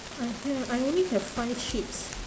I have I only have five sheeps